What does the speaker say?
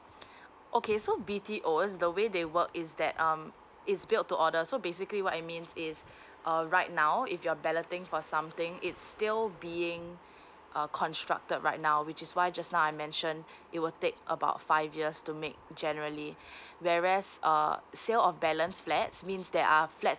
okay so B T O the way they work is that um it's built to order so basically what I mean is err right now if you're balloting for something it's still being err constructed right now which is why just now I mentioned it will take about five years to make generally whereas err sales of balance flats means there are flats